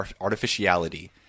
artificiality